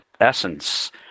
Essence